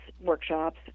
workshops